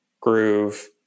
groove